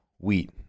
wheat